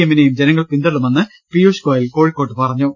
എമ്മിനെയും ജനങ്ങൾ പിന്തള്ളുമെന്ന് പീയുഷ് ഗോയൽ കോഴിക്കോട്ട് പറഞ്ഞു